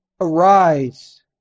Arise